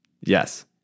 yes